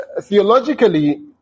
theologically